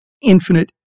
infinite